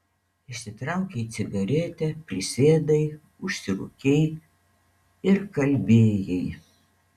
išsitraukei cigaretę prisėdai užsirūkei ir kalbėjai